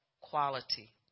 quality